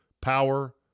power